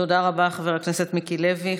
תודה רבה, חבר הכנסת מיקי לוי.